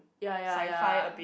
ya ya ya